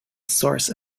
source